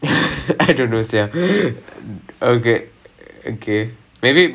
no god okay okay out of mind okay okay uh